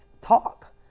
talk